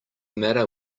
matter